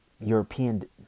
European